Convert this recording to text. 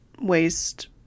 waste